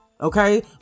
Okay